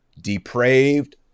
depraved